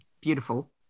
beautiful